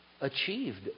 achieved